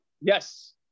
Yes